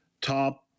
top